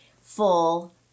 full